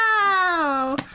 Wow